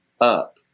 up